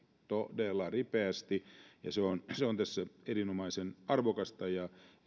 todella ripeästi ja se on se on tässä erinomaisen arvokasta ja